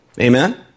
Amen